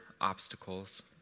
obstacles